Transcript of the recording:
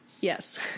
Yes